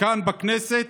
כאן בכנסת